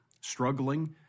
struggling